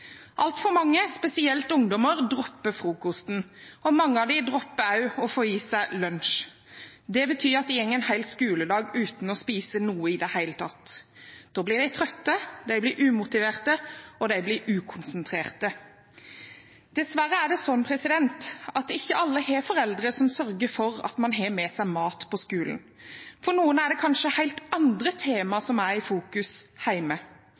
Altfor mange, spesielt ungdommer, dropper frokosten, og mange av dem dropper også å få i seg lunsj. Det betyr at de går en hel skoledag uten å spise noe i det hele tatt. Da blir de trøtte, de blir umotiverte, og de blir ukonsentrerte. Dessverre er det sånn at ikke alle har foreldre som sørger for at man har med seg mat på skolen. For noen er det kanskje helt andre tema som er i fokus